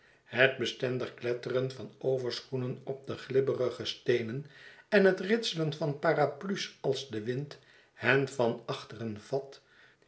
het bestendig kletteren van overschoenen op de glibberigesteenen en het ritselen van paraplu's als de wind hen van achteren vat